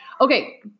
Okay